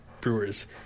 brewers